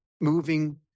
moving